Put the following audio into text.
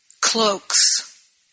cloaks